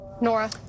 Nora